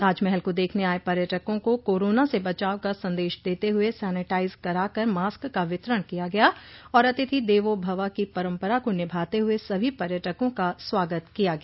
ताजमहल को देखने आये पर्यटकों को कोरोना से बचाव का संदेश देते हुए सैनेटाइज कराकर मास्क का वितरण किया गया और अतिथि देवों भव की परम्परा को निभाते हुए सभी पर्यटकों का स्वागत किया गया